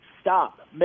stop